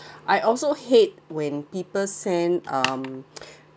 I also hate when people send um